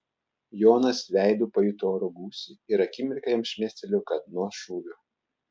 jonas veidu pajuto oro gūsį ir akimirką jam šmėstelėjo kad nuo šūvio